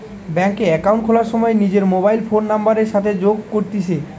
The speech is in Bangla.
ব্যাঙ্ক এ একাউন্ট খোলার সময় নিজর মোবাইল ফোন নাম্বারের সাথে যোগ করতিছে